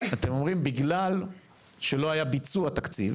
אתם אומרים בגלל שלא היה ביצוע תקציב